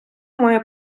має